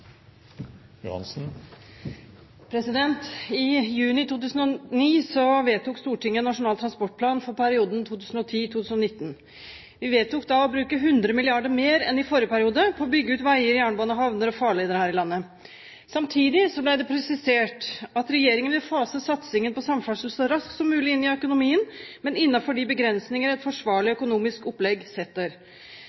I juni 2009 vedtok Stortinget Nasjonal transportplan for perioden 2010–2019. Vi vedtok da å bruke 100 mrd. kr mer enn i forrige periode på å bygge ut veier, jernbaner, havner og farleder her i landet. Samtidig ble det presisert at regjeringen vil fase satsingen på samferdsel så raskt som mulig inn i økonomien, men innenfor de begrensninger et forsvarlig